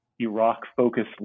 Iraq-focused